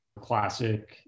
Classic